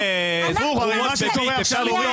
אנחנו נעשה --- מה שקורה עכשיו --- נאור,